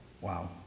Wow